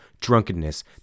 drunkenness